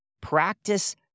Practice